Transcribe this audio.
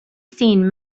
seen